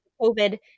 COVID